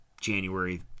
January